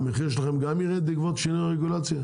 המחיר שלכם גם יירד בעקבות שינוי הרגולציה?